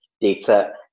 data